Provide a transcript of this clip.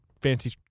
fancy